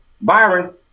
Byron